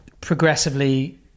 progressively